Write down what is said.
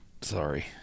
Sorry